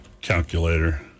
calculator